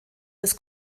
des